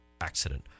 accident